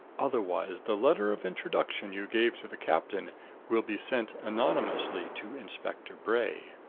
otherwise the letter of introduction you gave to the captain will be sent anonymously to inspector bray.